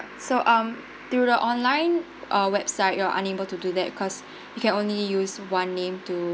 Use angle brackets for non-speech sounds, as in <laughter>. so um through the online uh website you are unable to do that because <breath> you can only use one name to